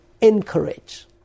encourage